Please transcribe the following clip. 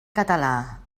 català